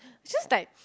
it's just like